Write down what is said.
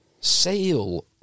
Sale